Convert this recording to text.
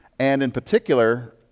and in particular,